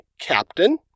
captain